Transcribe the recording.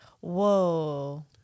Whoa